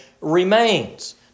remains